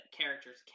characters